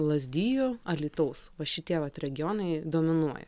lazdijų alytaus va šitie vat regionai dominuoja